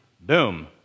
boom